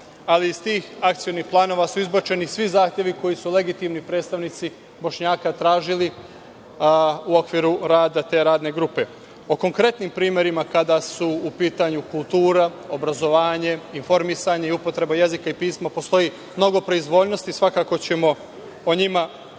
ali iz tih akcionih planova su izbačeni svih zahtevi koji su legitimni predstavnici Bošnjaka tražili u okviru rada te radne grupe.O konkretnim primerima kada su u pitanju kultura, obrazovanje, informisanje i upotreba jezika i pisma, postoji mnogo proizvoljnosti, svakako ćemo o njima mnogo